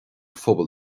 phobal